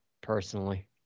personally